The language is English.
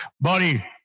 buddy